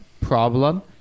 problem